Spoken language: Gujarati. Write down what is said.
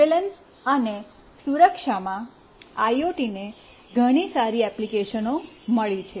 સર્વેલન્સ અને સુરક્ષામાં આઇઓટીને ઘણી સારી એપ્લિકેશનો મળી છે